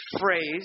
phrase